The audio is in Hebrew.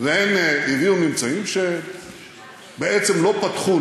והן הביאו ממצאים שבעצם לא פתחו,